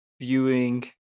viewing